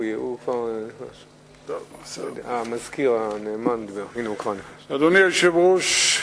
אדוני היושב-ראש,